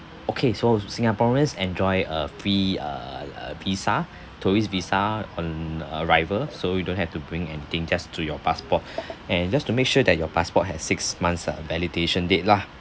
okay so singaporeans enjoy a free uh uh visa tourist visa on arrival so you don't have to bring anything just to your passport and just to make sure that your passport has six months uh validation date lah